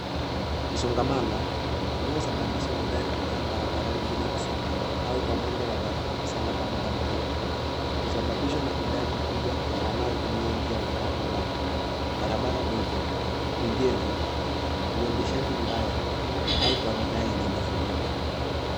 Msongamano unaosababishwa magari kukaa barabarani bila kusonga, au kwa mwendo wa taratibu sana kwa muda mrefu. Husababishwa na idadi kubwa ya wanaotumia njia wakati mmoja, barabara dogo, ujenzi, uendeshaji mbaya, au kwa mitaa yenye mizunguko.